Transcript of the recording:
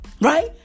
Right